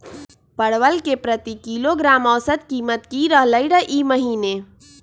परवल के प्रति किलोग्राम औसत कीमत की रहलई र ई महीने?